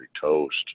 toast